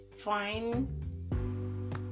fine